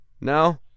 No